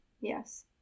Yes